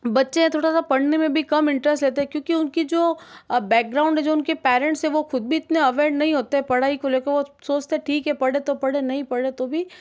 बच्चे थोड़ा सा पढ़ने में भी कम इंटरेस्ट लेते है क्योंकि उनकी जो बैकग्राउंड है जो उनके पैरेंट्स है वह खुद भी इतने अवेयर नहीं होते पढ़ाई को लेकर वो सोचते ठीक है पढ़े तो पढ़े नहीं पढ़े तो भी